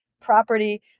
property